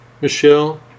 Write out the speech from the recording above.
Michelle